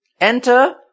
Enter